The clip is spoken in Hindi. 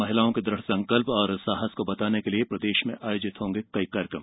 महिलाओं के दृढ़संकल्प और साहस को बताने के लिये प्रदेश में आयोजित होंगे कई कार्यक्रम